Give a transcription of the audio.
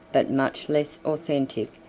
but much less authentic,